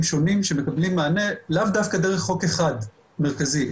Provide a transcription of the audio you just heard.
שונים שמקבלים מענה לאו דווקא דרך חוק אחד מרכזי,